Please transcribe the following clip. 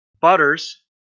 Butters